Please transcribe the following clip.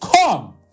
come